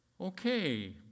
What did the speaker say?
okay